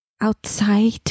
outside